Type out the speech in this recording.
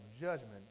judgment